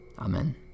Amen